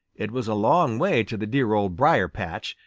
it was a long way to the dear old briar-patch,